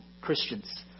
Christians